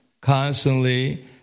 constantly